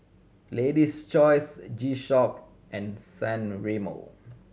Lady's Choice G Shock and San Remo